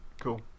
Cool